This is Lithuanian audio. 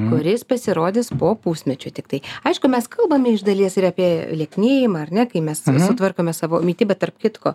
kuris pasirodys po pusmečio tiktai aišku mes kalbame iš dalies ir apie lieknėjimą ar ne kai mes sutvarkome savo mitybą tarp kitko